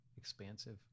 expansive